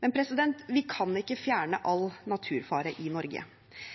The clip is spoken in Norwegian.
Men vi kan ikke fjerne all naturfare i Norge.